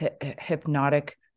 hypnotic